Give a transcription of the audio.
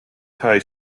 high